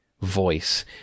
voice